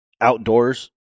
outdoors